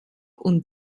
und